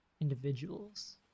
individuals